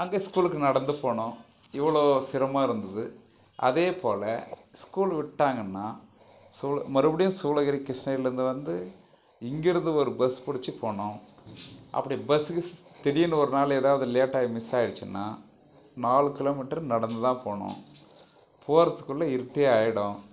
அங்கே ஸ்கூலுக்கு நடந்து போகணும் இவ்வளோ சிரமம் இருந்தது அதேப்போல் ஸ்கூல் விட்டாங்கன்னா சூள மறுபடியும் சூளகிரி கிருஷ்ணகிரிலேந்து வந்து இங்கே இருந்து ஒரு பஸ் புடிச்சு போகணும் அப்படி பஸ்ஸு கிஸ் திடீருன்னு ஒரு நாள் ஏதாவது லேட்டாகி மிஸ் ஆயிடுசின்னா நாலு கிலோமீட்டர் நடந்து தான் போகணும் போகிறத்துக்குள்ள இருட்டே ஆயிடும்